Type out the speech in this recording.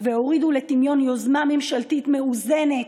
והורידו לטמיון יוזמה ממשלתית מאוזנת,